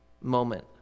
moment